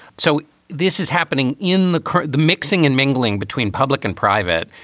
so this is happening in the the mixing and mingling between public and private.